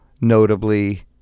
notably